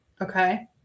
Okay